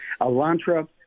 Elantra